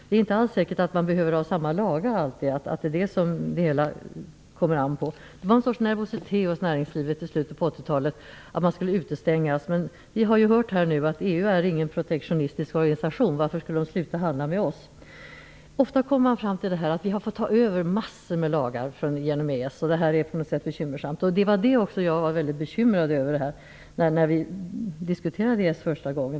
Det är inte alls säkert att man behöver ha samma lagar alltid och att det är det som det hela kommer an på. Det fanns en sorts nervositet hos näringslivet i slutet av 80-talet för att man skulle utestängas, men vi har ju hört här att EU inte är någon protektionistisk organisation. Varför skulle de sluta handla med oss? Ofta kommer man fram till att vi har fått ta över massor med lagar genom EES. Det är på något sätt bekymmersamt. Det var det jag var väldigt bekymrad över när vi diskuterade EES första gången.